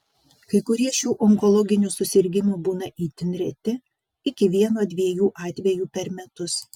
kai kurie šių onkologinių susirgimų būna itin reti iki vieno dviejų atvejų per metus